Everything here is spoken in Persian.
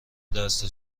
دست